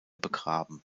begraben